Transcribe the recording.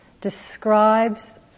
describes